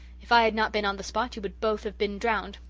if i had not been on the spot you would both have been drowned.